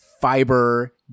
fiber